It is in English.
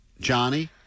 Johnny